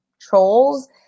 trolls